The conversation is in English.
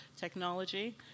technology